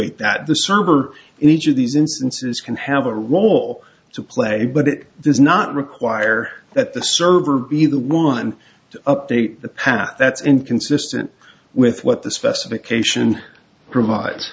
ate that the server in each of these instances can have a role to play but it does not require that the server be the one to update the path that's inconsistent with what the specification provides